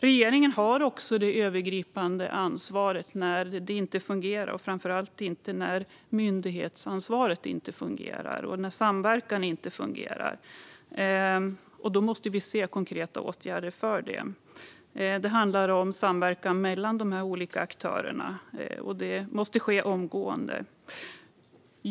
Regeringen har också det övergripande ansvaret när det inte fungerar, framför allt när myndighetsansvaret och samverkan inte fungerar. Vi måste få se konkreta åtgärder för detta. Det handlar om samverkan mellan de olika aktörerna, och det måste komma till stånd omgående.